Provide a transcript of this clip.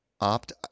opt